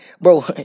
bro